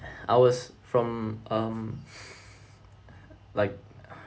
I was from um like